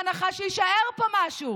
בהנחה שיישאר פה משהו,